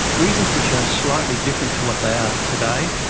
reasons which are slightly different to what they are today,